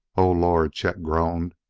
oh, lord! chet groaned.